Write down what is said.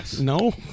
No